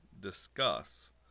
discuss